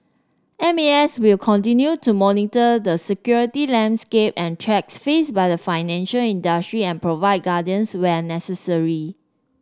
M A S will continue to monitor the security landscape and threats faced by the financial industry and provide guardians where necessary